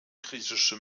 griechische